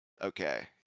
okay